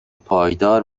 پایدار